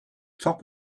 top